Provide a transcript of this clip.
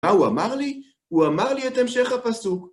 מה הוא אמר לי? הוא אמר לי את המשך הפסוק.